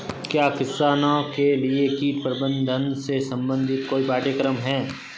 क्या किसानों के लिए कीट प्रबंधन से संबंधित कोई पाठ्यक्रम है?